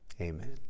Amen